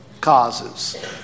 causes